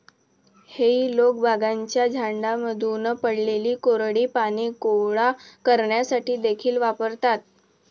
हेई लोक बागांच्या झाडांमधून पडलेली कोरडी पाने गोळा करण्यासाठी देखील वापरतात